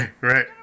Right